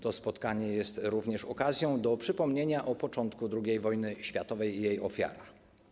To spotkanie jest również okazją do przypomnienia o początku II wojny światowej i jej ofiarach.